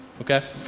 Okay